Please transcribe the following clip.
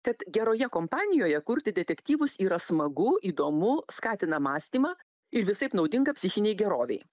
kad geroje kompanijoje kurti detektyvus yra smagu įdomu skatina mąstymą ir visaip naudinga psichinei gerovei